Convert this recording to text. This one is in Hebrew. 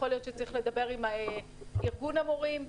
אולי צריך לדבר עם ארגון המורים,